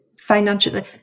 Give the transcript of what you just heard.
Financially